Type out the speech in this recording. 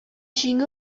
җиңү